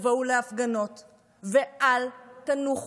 תבואו להפגנות ואל תנוחו.